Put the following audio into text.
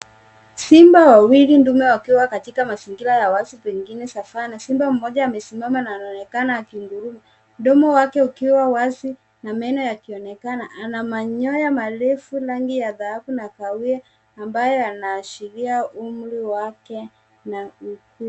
Simba wawili ndume wakiwa katika mazingira ya wazi pengine savanna. Simba mmoja amesimama na anaonekana akinguruma mdomo wake ukiwa wazi na meno yakionekana. Ana manyoya marefu rangi ya dhahabu na kahawia ambayo yanaashiria umri wake.